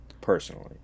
Personally